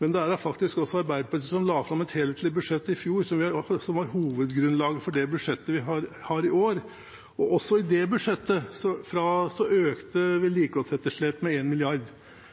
Men det var faktisk Arbeiderpartiet som la fram et helhetlig budsjett i fjor, som var hovedgrunnlaget for det budsjettet vi har i år. Også i det budsjettet økte vedlikeholdsetterslepet med